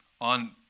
on